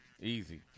Easy